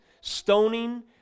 stoning